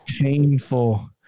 painful